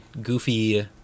goofy